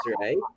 right